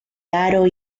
haro